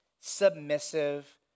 submissive